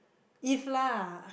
if lah